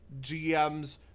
GMs